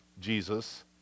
Jesus